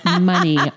money